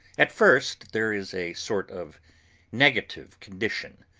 at first there is a sort of negative condition,